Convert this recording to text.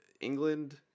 England